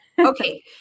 Okay